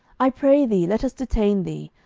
i pray thee, let us detain thee,